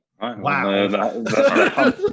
Wow